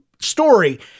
story